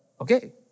okay